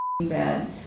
bad